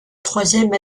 troisième